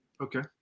Okay